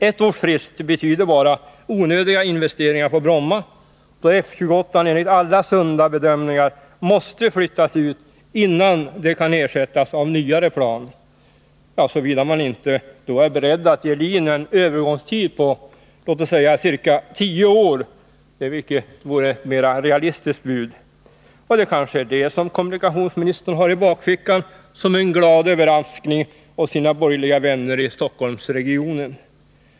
Ett års frist betyder bara onödiga investeringar på Bromma, då F 28 enligt alla sunda bedömningar måste flyttas ut innan det kan ersättas av nyare plan. Att ge LIN en övergångstid på ca tio år vore i så fall ett mera realistiskt bud. Det är kanske detta kommunikationsministern har i bakfickan som en glad överraskning åt sina borgerliga vänner i Stockholmsregionen.